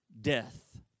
Death